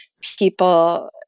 people